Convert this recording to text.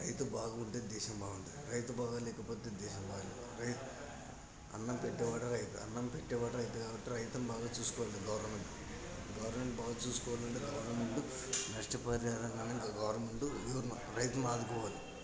రైతు బాగుంటే దేశం బాగుంటుంది రైతు బాగా లేకపోతే దేశం బాగాలేదు రైతు అన్నం పెట్టే వాడే రైతు అన్నం పెట్టే వాడే రైతు కాబట్టి రైతును బాగా చూసుకోవాలి గవర్నమెంట్ గవర్నమెంట్ బాగా చూసుకోవాలంటే గవర్నమెంట్ నష్టపరిహారం కింద గవర్నమెంట్ రైతును ఆదుకోవాలి